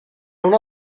una